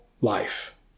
life